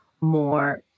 more